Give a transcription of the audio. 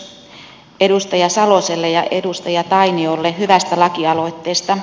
kiitos edustaja saloselle ja edustaja tainiolle hyvästä lakialoitteesta